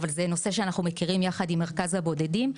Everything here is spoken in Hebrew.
אבל זה נושא שאנחנו מכירים יחד עם מרכז הבודדים.